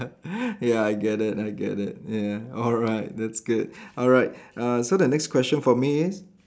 ya I get it I get it ya alright that's good alright uh so the next question for me is